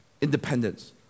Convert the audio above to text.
independence